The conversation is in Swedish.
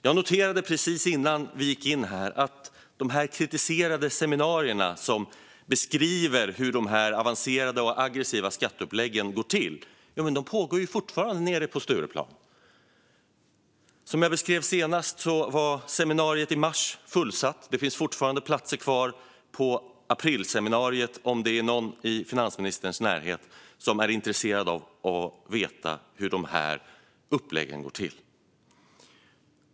Jag noterade strax innan vi gick in här att de kritiserade seminarier som beskriver hur dessa avancerade och aggressiva skatteupplägg går till fortfarande pågår nere på Stureplan. Seminariet i mars var fullsatt, och det finns fortfarande platser kvar på aprilseminariet om det är någon i finansministerns närhet som är intresserad av att veta hur detta går till.